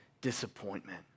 disappointment